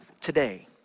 today